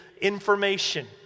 information